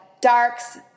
darks